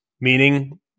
Meaning